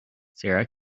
sara